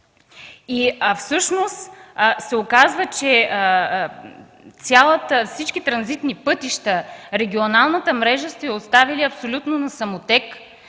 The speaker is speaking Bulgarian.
Всъщност се оказва, че всички транзитни пътища, регионалната мрежа сте я оставили абсолютно на самотек